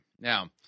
Now